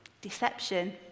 deception